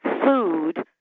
food